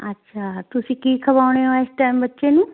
ਅੱਛਾ ਤੁਸੀਂ ਕੀ ਖਵਾਉਂਦੇ ਹੋ ਇਸ ਟੈਮ ਬੱਚੇ ਨੂੰ